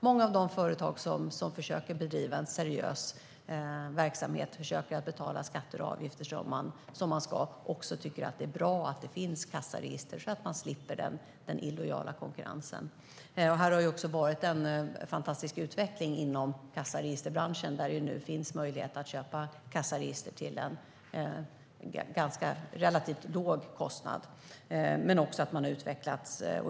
Många av de företag som försöker bedriva en seriös verksamhet och betala skatter och avgifter som de ska tycker också att det är bra att det finns kassaregister så att de slipper den illojala konkurrensen. Det har varit en fantastisk utveckling inom kassaregisterbranschen där det nu finns möjlighet att köpa kassaregister till en relativt låg kostnad. Systemen har också utvecklats.